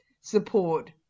support